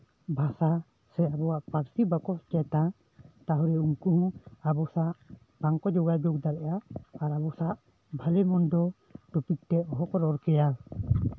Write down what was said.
ᱵᱟᱦᱟ ᱥᱮ ᱟᱵᱚᱣᱟᱜ ᱯᱟᱹᱨᱥᱤ ᱵᱟᱠᱚᱛ ᱪᱮᱫᱟ ᱛᱟᱦᱞᱮ ᱩᱱᱠᱩ ᱟᱵᱚᱥᱟᱜ ᱵᱟᱝᱠᱚ ᱡᱳᱜᱟᱡᱳᱜᱽ ᱫᱟᱲᱮᱭᱟᱜᱼᱟ ᱟᱨ ᱟᱵᱚ ᱥᱟᱜ ᱵᱷᱟᱜᱮ ᱢᱚᱱᱫᱚ ᱯᱨᱚᱠᱤᱛᱤᱛᱮ ᱚᱦᱚ ᱠᱚ ᱨᱚᱲ ᱠᱮᱭᱟ